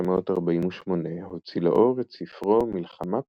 ב-1948 הוציא לאור את ספרו "מלחמה פסיכולוגית",